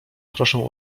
proszę